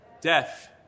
Death